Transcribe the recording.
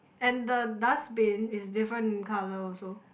and the dustbin is different colour also